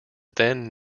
then